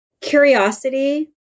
curiosity